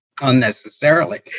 unnecessarily